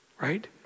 Right